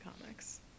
comics